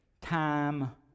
time